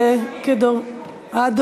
הנרשמים ויתרו.